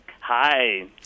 Hi